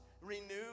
renewed